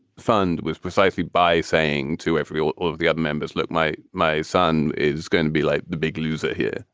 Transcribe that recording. fund was precisely by saying to every sort of the other members, look, my my son is going to be like the big loser here.